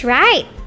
right